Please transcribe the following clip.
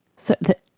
so that